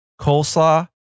coleslaw